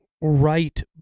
right